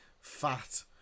fat